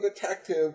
Detective